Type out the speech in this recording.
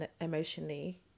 emotionally